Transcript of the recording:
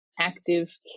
active